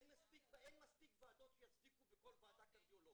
אין מספיק ועדות שיצדיקו בכל ועדה קרדיולוג.